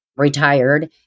retired